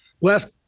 last